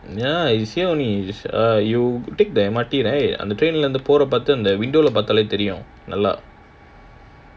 ya it's here only just err you take the M_R_T right on the train இருந்து பார்த்து அந்த:irunthu paarthu andha window leh பார்த்தாலே தெரியும் நல்லா:paarthaalae theriyum nallaa